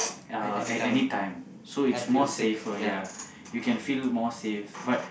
uh at anytime so is more safer ya you can feel more safe but